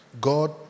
God